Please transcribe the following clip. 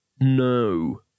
No